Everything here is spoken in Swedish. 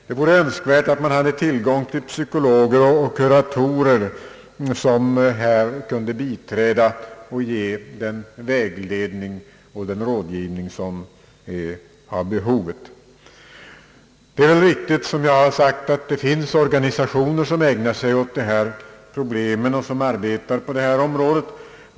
Önskvärt vore att man hade tillgång till psykologer och kuratorer som här kunde biträda och ge den vägledning och den rådgivning som behövs. Det är riktigt, som jag sade, att det finns organisationer som ägnar sig åt dessa problem och som arbetar på detta område.